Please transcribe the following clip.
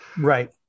Right